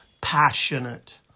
passionate